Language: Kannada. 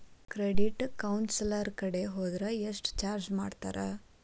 ಕ್ರೆಡಿಟ್ ಕೌನ್ಸಲರ್ ಕಡೆ ಹೊದ್ರ ಯೆಷ್ಟ್ ಚಾರ್ಜ್ ಮಾಡ್ತಾರ?